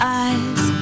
eyes